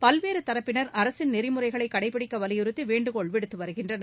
பல்வேறுதரப்பினர் அரசின் நெறிமுறைகளைகள்பிடிக்கவலியுறுத்திவேண்டுகோள் விடுத்துவருகின்றனர்